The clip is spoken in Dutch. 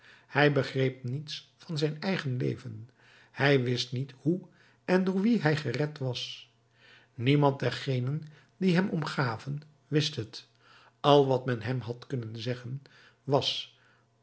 hij begreep niets van zijn eigen leven hij wist niet hoe en door wien hij gered was niemand dergenen die hem omgaven wist het al wat men hem had kunnen zeggen was